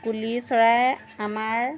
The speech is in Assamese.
কুলি চৰায়ে আমাৰ